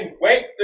wait